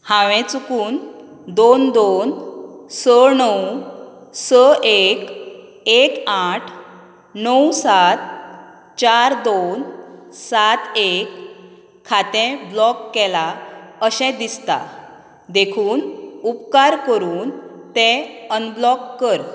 हांवें चुकून दोन दोन स णव स एक एक आठ णव सात चार दोन सात एक खातें ब्लॉक केलां अशें दिसतां देखून उपकार करून तें अनब्लॉक कर